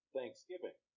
Thanksgiving